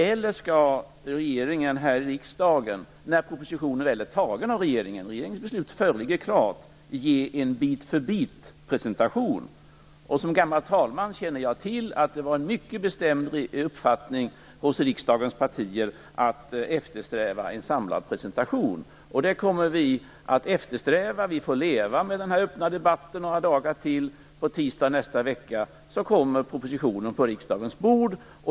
Eller skall regeringen här i riksdagen presentera propositionen bit för bit när den väl är antagen av regeringen och regeringens beslut klart föreligger? Som gammal talman känner jag till att det var en mycket bestämd uppfattning hos riksdagens partier att man skulle eftersträva en samlad presentation. Det kommer vi att göra. Vi får leva med den här öppna debatten några dagar till. På tisdag nästa vecka kommer propositionen på riksdagens bord.